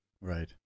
Right